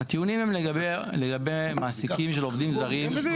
הטיעונים הם לגבי מעסיקים של עובדים זרים